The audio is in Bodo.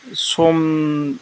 सम